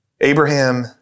Abraham